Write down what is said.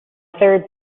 third